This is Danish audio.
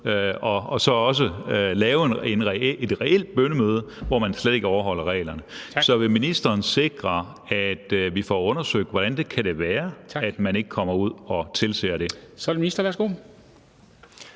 og så også lave et reelt bønnemøde, hvor de slet ikke overholder reglerne. Så vil ministeren sikre, at vi får undersøgt, hvordan det kan være, at man ikke kommer ud og tilser det?